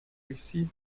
receive